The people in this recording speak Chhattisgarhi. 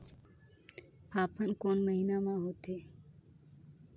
फाफण कोन महीना म होथे?